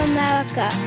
America